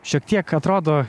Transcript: šiek tiek atrodo